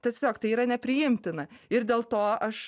tiesiog tai yra nepriimtina ir dėl to aš